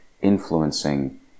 influencing